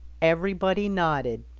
everybody nodded.